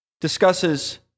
discusses